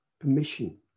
Permission